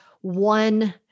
one